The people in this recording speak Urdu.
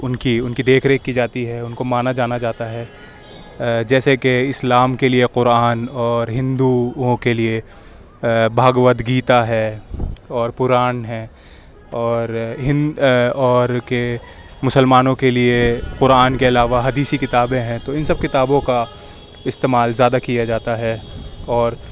اُن کی اُن کی دیکھ ریکھ کی جاتی ہے اُن کو مانا جانا جاتا ہے جیسے کہ اسلام کے لیے قرآن اور ہندوؤں کے لیے بھگوت گیتا ہے اور پُران ہے اور اور کے مسلمانوں کے لیے قرآن کے علاوہ حدیثی کتابیں ہیں تو اِن سب کتابوں کا استعمال زیادہ کیا جاتا ہے اور